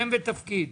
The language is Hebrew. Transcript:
שלום,